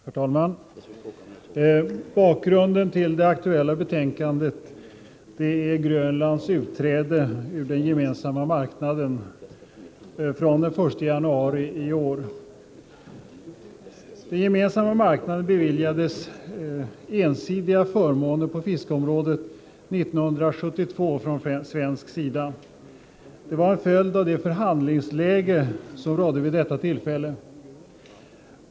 Herr talman! Bakgrunden till det aktuella betänkandet är Grönlands utträde ur den gemensamma marknaden den 1 januari i år. Den gemensamma marknaden beviljades 1972 från svensk sida ensidiga förmåner på fiskeområdet. Detta var en följd av det förhandlingsläge som rådde vid det tillfället.